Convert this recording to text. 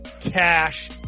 cash